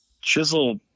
chisel